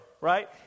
right